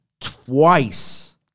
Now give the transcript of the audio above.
twice